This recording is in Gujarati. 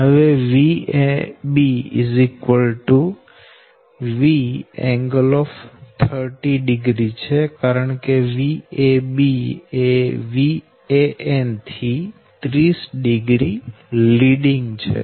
હવે Vab Vㄥ300 છે કારણકે Vab એ Van થી 300 લીડીંગ છે